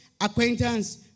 acquaintance